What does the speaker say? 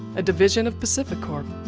a division of pacificorp.